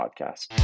Podcast